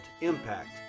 impact